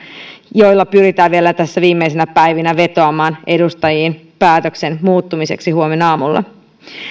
joilla pyritään vielä tässä viimeisinä päivinä vetoamaan edustajiin päätöksen muuttumiseksi huomenaamuna